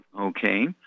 Okay